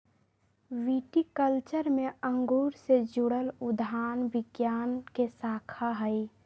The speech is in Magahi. विटीकल्चर में अंगूर से जुड़ल उद्यान विज्ञान के शाखा हई